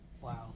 Wow